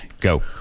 Go